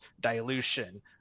dilution